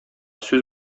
сүз